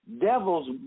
devils